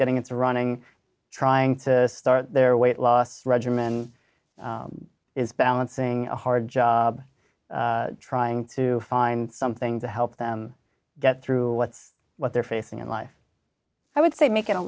getting its running trying to start their weight loss regimen is balancing a hard job trying to find something to help them get through what's what they're facing in life i would say make it a